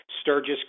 Sturgis